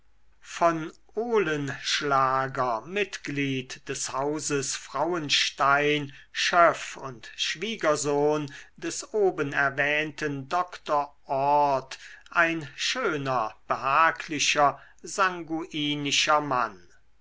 von olenschlager mitglied des hauses frauenstein schöff und schwiegersohn des oben erwähnten doktor orth ein schöner behaglicher sanguinischer mann